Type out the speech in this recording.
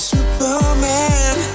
Superman